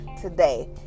today